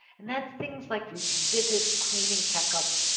and that's things like routine visits, cleaning, checkups,